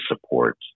support